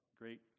great